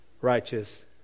righteous